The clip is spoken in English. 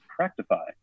Practify